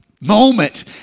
moment